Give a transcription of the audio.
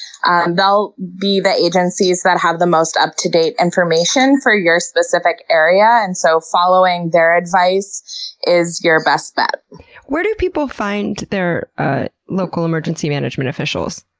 and they'll be the agencies that have the most up to date information for your specific area, and so following their advice is your best bet where do people find their ah local emergency management officials?